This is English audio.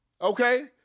Okay